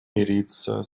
мириться